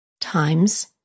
times